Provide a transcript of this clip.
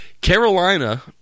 Carolina